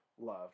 love